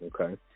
okay